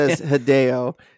Hideo